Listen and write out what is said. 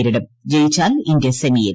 നേരിടും ജയിച്ചാൽ ഇന്ത്യ സെമിയിൽ